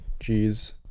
Jeez